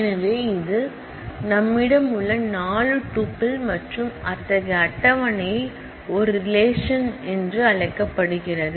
எனவே இது நம்மிடம் உள்ள 4 டூப்பிள் மற்றும் அத்தகைய டேபிள் ஒரு உறவு என்று அழைக்கப்படுகிறது